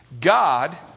God